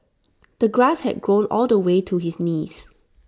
the grass had grown all the way to his knees